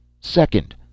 Second—